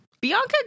Bianca